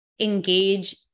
engage